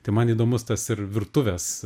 tai man įdomus tas ir virtuvės